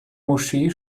moschee